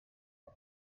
yng